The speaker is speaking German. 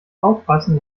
aufpassen